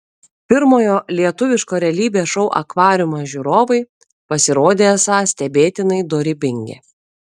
pirmojo lietuviško realybės šou akvariumas žiūrovai pasirodė esą stebėtinai dorybingi